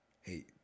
hey